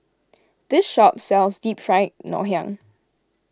this shop sells Deep Fried Ngoh Hiang